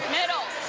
middle.